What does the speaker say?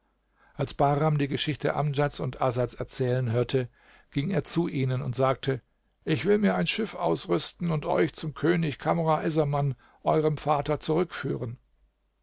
als bahram die geschichte amdjads und asads erzählen hörte ging er zu ihnen und sagte ich will mir ein schiff ausrüsten und euch zum könig kamr essaman eurem vater zurückführen